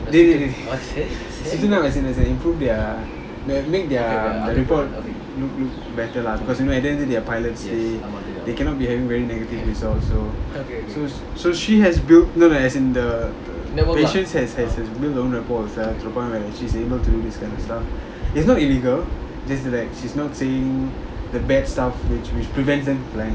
dei as in as in improve their make their report better lah cause you know at the end of the day they are pilots they cannot be having very negative results so so she has build no no as in the patience has has build her own rapper to the point where she is able to do this kind of stuff it is not illegal just that like she is not saying the bad stuff which which prevents them from flying